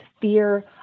fear